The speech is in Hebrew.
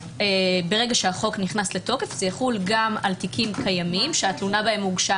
ברגע שהחוק נכנס לתוקף זה יחול גם על תיקים קיימים שהתלונה בהם הוגשה